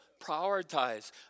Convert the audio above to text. prioritize